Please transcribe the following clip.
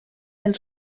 del